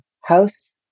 house